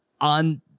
on